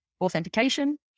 authentication